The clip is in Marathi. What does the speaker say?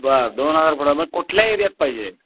बरं दोन हजार पुढं मग कुठल्या एरियात पाहिजे